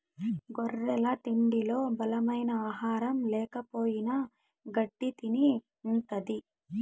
గొర్రెల తిండిలో బలమైన ఆహారం ల్యాకపోయిన గెడ్డి తిని ఉంటది